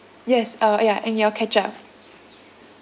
yes uh ya and your ketchup